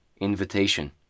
invitation